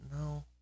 No